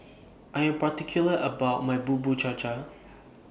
I Am particular about My Bubur Cha Cha